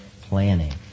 planning